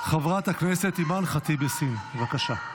חברת הכנסת אימאן ח'טיב יאסין, בבקשה.